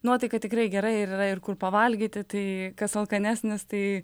nuotaika tikrai gera ir yra ir kur pavalgyti tai kas alkanesnis tai